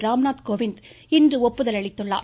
ராம்நாத் கோவிந்த் இன்று ஒப்புதல் அளித்துள்ளார்